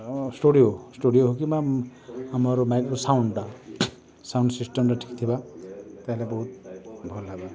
studio studio କିମ୍ବା ଆମର micro ସାଉଣ୍ଡଟା ସାଉଣ୍ଡ ସିଷ୍ଟମ୍ଟା ଠିକ୍ ଥିବା ତାହେଲେ ବହୁତ ଭଲ ଲାଗେ